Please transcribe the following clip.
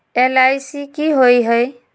LIC की होअ हई?